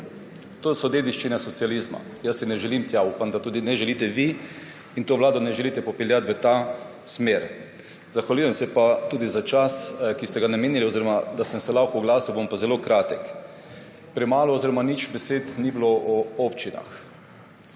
To so dediščine socializma. Jaz si ne želim tja, upam, da tudi vi ne želite in te vlade ne želite popeljati v to smer. Zahvaljujem se za čas, ki ste ga namenili oziroma da sem se lahko oglasil. Bom zelo kratek. Premalo oziroma nič besed ni bilo o občinah.